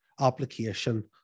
Application